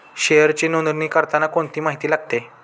शेअरची नोंदणी करताना कोणती माहिती लागते?